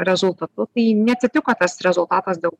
rezultatu tai neatsitiko tas rezultatas dėl